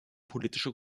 politische